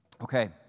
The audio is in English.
Okay